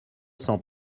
cent